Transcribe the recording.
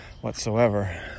whatsoever